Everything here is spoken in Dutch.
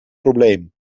probleem